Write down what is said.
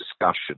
discussion